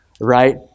right